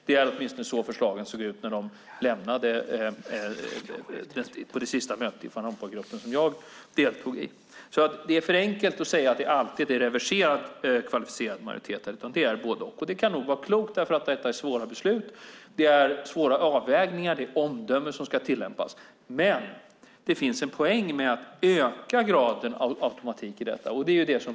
Det var åtminstone så förslagen såg ut när de lämnade det sista mötet i Van Rompuy-gruppen som jag deltog i. Det är alltså för enkelt att säga att det alltid är reverserad kvalificerad majoritet. Det är både och, och det kan nog vara klokt, för detta är svåra beslut. Det är svåra avvägningar. Det är omdömen som ska tillämpas. Men det finns en poäng med att öka graden av automatik i detta.